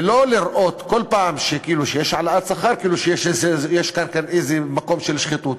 ולא לראות כל פעם שיש העלאת שכר כאילו שיש כאן איזה מקום של שחיתות.